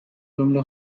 جمله